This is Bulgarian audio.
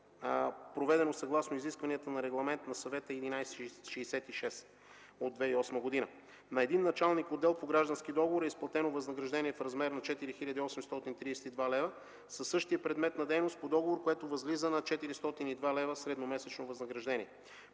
проведено съгласно изискванията на Регламент на Съвета № 1166 от 2008 г. На един началник отдел по граждански договор е изплатено възнаграждение в размер на 4832 лева, със същия предмет на дейност по договор, който възлиза на 402 лева средно месечно възнаграждение.